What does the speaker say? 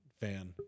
fan